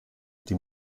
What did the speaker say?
die